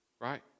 right